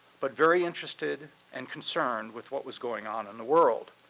but very interested and concerned with what was going on in the world.